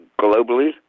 globally